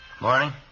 Morning